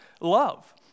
love